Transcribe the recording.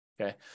Okay